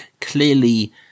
clearly